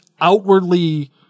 outwardly